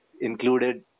included